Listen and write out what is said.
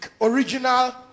original